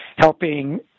helping